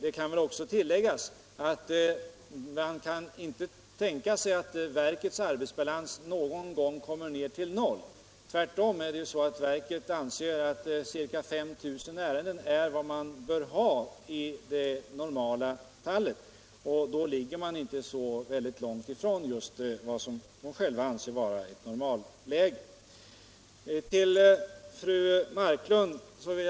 Det kan också tilläggas att det inte är tänkbart att verkets arbetsbalans någon gång kommer ned till noll. Tvärtom anser verket att balansen normalt bör vara 5 000 ärenden, och därmed ligger man nu inte så långt från vad man själv anser vara normalläget.